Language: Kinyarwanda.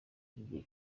bw’igihe